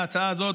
ההצעה הזאת,